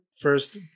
first